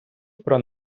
про